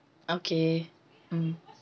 okay mm